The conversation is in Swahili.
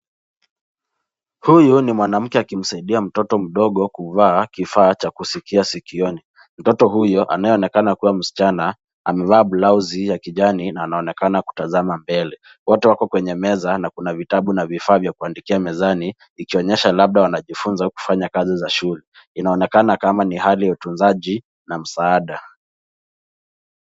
Huyu ni mwanamke akimsaidia mtoto mdogo kuvaa kifaa cha kuskia sikioni, mtoto huyu anaye onekana kuwa msichana amevaa blausi ya kijani na anaonekana kutazama mbele. Watu wako kwenye meza na kuna vitabu na vifaa vya kuandikia mezani ikionyesha labda wanajifunza kufanya kazi za shule inaonekana kama ni hali ya utunzaji na msaada.